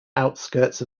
outskirts